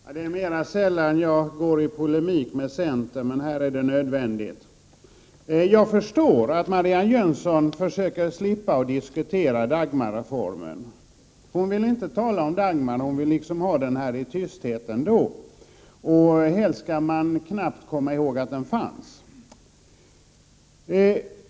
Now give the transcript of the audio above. Herr talman! Det är mera sällan jag går i polemik med centern, men här är det nödvändigt. Jag förstår att Marianne Jönsson försöker slippa att diskutera Dagmarre formen. Hon vill inte tala om Dagmar, hon vill liksom ha reformen i tysthet ändå. Helst skall man knappt komma ihåg att den finns.